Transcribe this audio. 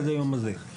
עד היום הזה.